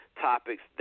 topics